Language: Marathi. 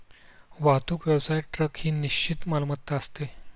वाहतूक व्यवसायात ट्रक ही निश्चित मालमत्ता असते